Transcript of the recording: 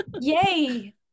Yay